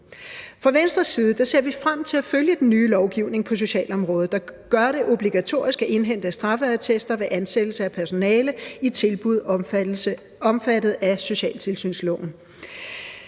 Fra Venstres side ser vi frem til at følge den nye lovgivning på socialområdet, der gør det obligatorisk at indhente straffeattester ved ansættelse af personale i tilbud omfattet af socialtilsynsloven.